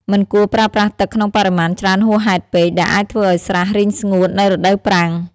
មិនគួរប្រើប្រាស់ទឹកក្នុងបរិមាណច្រើនហួសហេតុពេក ដែលអាចធ្វើឲ្យស្រះរីងស្ងួតនៅរដូវប្រាំង។